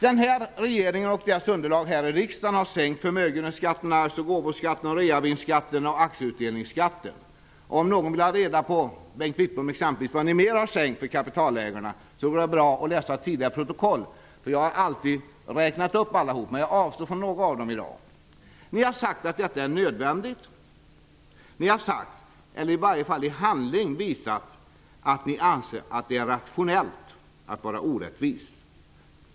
Den här regeringen och dess underlag här i riksdagen har sänkt förmögenhetsskatterna -- gåvoskatten, reavinstskatten och aktieutdelningsskatten. Den som vill ha reda på vilka ytterligare sänkningar -- jag vänder mig exempelvis till Bengt Wittbom -- ni har åstadkommit för kapitalägarna kan läsa tidigare protokoll. Jag har alltid i debatter räknat upp alla sänkningar, men några av dem avstår jag i dag från att räkna upp. Ni har sagt att detta är nödvändigt. Ni har, i varje fall i handling, visat att ni anser att det är rationellt att vara orättvis.